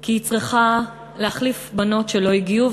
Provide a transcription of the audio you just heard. כי היא צריכה להחליף בנות שלא הגיעו,